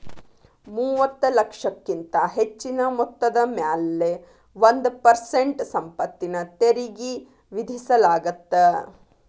ಮೂವತ್ತ ಲಕ್ಷಕ್ಕಿಂತ ಹೆಚ್ಚಿನ ಮೊತ್ತದ ಮ್ಯಾಲೆ ಒಂದ್ ಪರ್ಸೆಂಟ್ ಸಂಪತ್ತಿನ ತೆರಿಗಿ ವಿಧಿಸಲಾಗತ್ತ